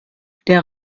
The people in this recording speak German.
der